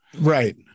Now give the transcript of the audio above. right